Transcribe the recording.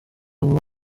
buri